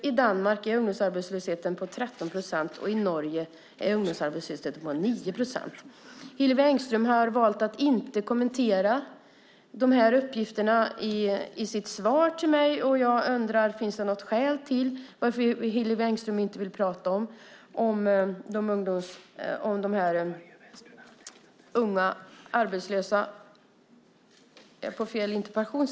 I Danmark är ungdomsarbetslösheten 13 procent och i Norge är ungdomsarbetslösheten 9 procent. Hillevi Engström har valt att inte kommentera de uppgifterna i sitt svar till mig. Jag undrar om det finns något skäl till att Hillevi Engström inte vill prata om de unga arbetslösa. Oj, nu kom jag visst in på nästa interpellation.